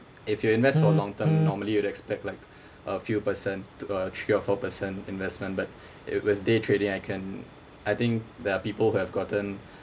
if you invest for long term normally you'd expect like a few percent t~ uh three or four percent investment but uh with day trading I can I think there are people who have gotten